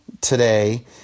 today